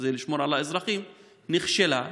לשמור על האזרחים, נכשלה,